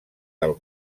del